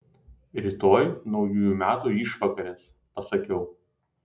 rytoj naujųjų metų išvakarės pasakiau